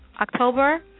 October